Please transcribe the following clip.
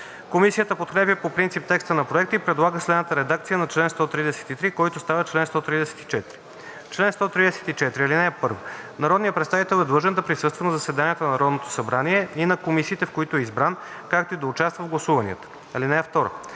Комисията подкрепя по принцип текста на Проекта и предлага следната редакция на чл. 133, който става чл. 134: „Чл. 134. (1) Народният представител е длъжен да присъства на заседанията на Народното събрание и на комисиите, в които е избран, както и да участва в гласуванията. (2)